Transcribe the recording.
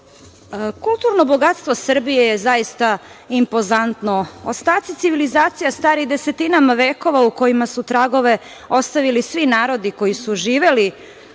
ministre. Kulturno bogatstvo Srbije je zaista impozantno. Ostaci civilizacija stari desetinama vekova u kojima su tragove ostavili svi narodi koji su živeli,